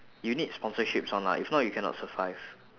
you need sponsorships one lah if not you cannot survive